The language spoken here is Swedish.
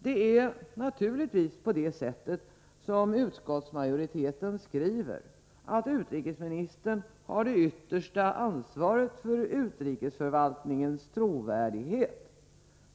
Det är naturligtvis på det sättet, som utskottsmajoriteten skriver, att utrikesministern har det yttersta ansvaret för utrikesförvaltningens trovärdighet.